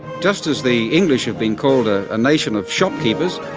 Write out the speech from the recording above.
just as the english have been called a nation of shopkeepers,